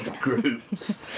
groups